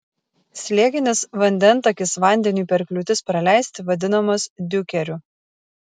slėginis vandentakis vandeniui per kliūtis praleisti vadinamas diukeriu